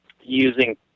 using